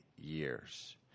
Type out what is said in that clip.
years